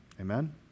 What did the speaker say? Amen